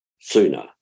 sooner